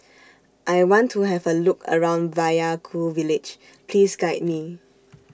I want to Have A Look around Vaiaku Village Please Guide Me